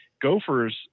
Gophers